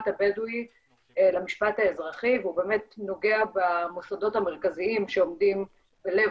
הבדואי למשפט האזרחי והוא באמת נוגע במוסדות המרכזיים שעומדים בלב